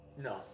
No